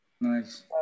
nice